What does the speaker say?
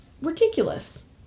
ridiculous